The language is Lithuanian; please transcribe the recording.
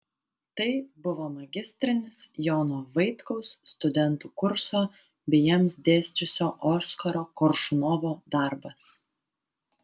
tai buvo magistrinis jono vaitkaus studentų kurso bei jiems dėsčiusio oskaro koršunovo darbas